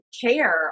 care